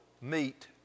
meet